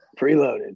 preloaded